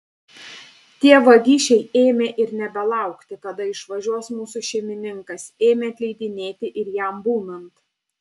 tie vagišiai ėmė ir nebelaukti kada išvažiuos mūsų šeimininkas ėmė ateidinėti ir jam būnant